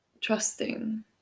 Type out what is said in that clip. trusting